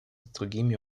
другими